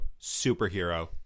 Superhero